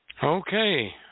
okay